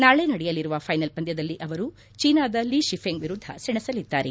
ನಾಳೆ ನಡೆಯಲಿರುವ ಫ್ಲಿನಲ್ ಪಂದ್ಲದಲ್ಲಿ ಅವರು ಚೀನಾದ ಲಿ ಶಿಫ್ಲೆಂಗ್ ವಿರುದ್ದ ಸೆಣಸಲಿದ್ದಾರೆ